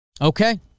Okay